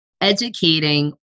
educating